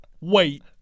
wait